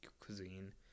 cuisine